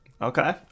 Okay